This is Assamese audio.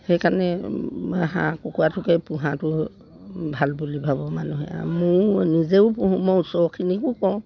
সেইকাৰণে হাঁহ কুকুৰাটোকে পোহাটো ভাল বুলি ভাবো মানুহে আৰু ময়ো নিজেও পোহো মই ওচৰখিনিকো কওঁ